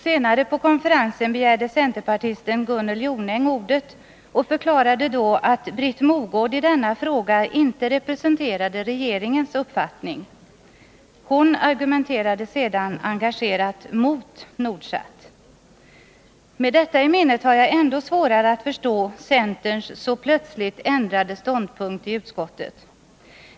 Senare på konferensen begärde centerpartisten Gunnel Jonäng ordet och förklarade då, att Britt Mogård i denna fråga inte representerade regeringens uppfattning. Hon argumenterade sedan engagerat mot Nordsat. Med detta i minnet har jag desto svårare att förstå centerns så plötsligt ändrade ståndpunkt i utskottet.